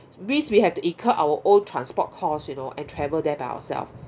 means we have to incur our own transport costs you know and travel there by ourselves